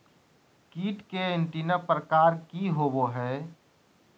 कीट के एंटीना प्रकार कि होवय हैय?